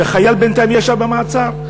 וחייל בינתיים ישב במעצר.